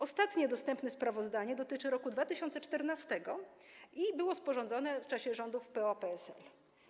Ostatnie dostępne sprawozdanie dotyczy roku 2014 i było sporządzone w czasie rządów PO-PSL.